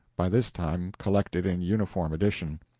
by this time collected in uniform edition.